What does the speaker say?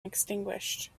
extinguished